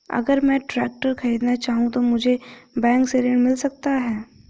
अगर मैं ट्रैक्टर खरीदना चाहूं तो मुझे बैंक से ऋण मिल सकता है?